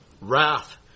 wrath